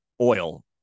oil